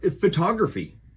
photography